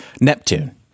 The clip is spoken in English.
Neptune